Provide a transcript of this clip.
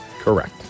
Correct